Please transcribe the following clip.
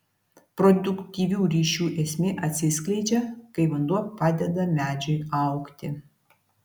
produktyvių ryšių esmė atsiskleidžia kai vanduo padeda medžiui augti